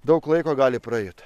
daug laiko gali praeiti